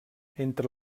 entre